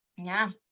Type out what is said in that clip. yeah?